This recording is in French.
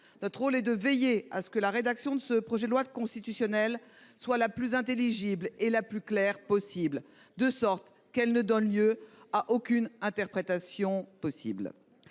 Notre rôle est de veiller à ce que la rédaction de ce projet de loi constitutionnelle soit la plus intelligible et la plus claire possible, de sorte qu’elle ne donne lieu à aucune interprétation. Nous